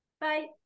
bye